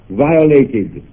violated